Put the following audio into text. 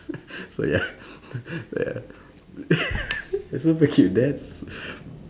so ya ya so okay that's